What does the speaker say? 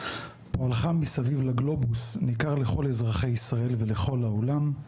פועלך מסביב לגלובוס ניכרת לכל אזרחי ישראל לכל העולם,